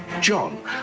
John